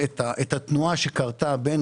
אי אפשר להתחיל בלי